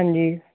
ਹਾਂਜੀ